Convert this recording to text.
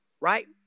right